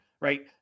right